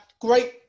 great